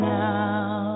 now